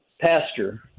pasture